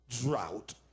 drought